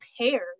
paired